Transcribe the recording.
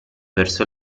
verso